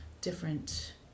different